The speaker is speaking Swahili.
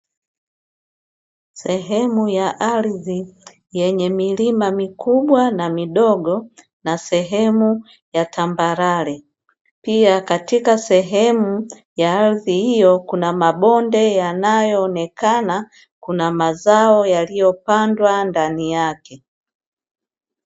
Sehemu ya ardhi yenye milima mikubwa na midogo na sehemu ya tambarare, pia katika sehemu ya ardhi hiyo kuna mabonde yanayoonekana, kuna mazao yaliyopandwa ndani yake.